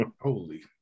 Holy